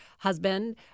husband